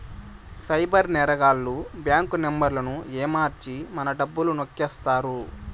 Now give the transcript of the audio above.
cyber నేరగాళ్లు bank నెంబర్లను ఏమర్చి మన డబ్బులు నొక్కేత్తారు